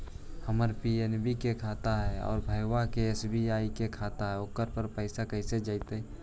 हमर पी.एन.बी के खाता है और भईवा के एस.बी.आई के है त ओकर पर पैसबा कैसे जइतै?